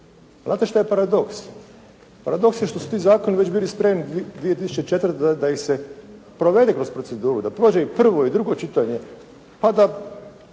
Znate što je paradoks? Paradoks je što su ti zakoni već bili spremni 2004. da ih se provede kroz proceduru, da prođe i prvo i drugo čitanje, pa da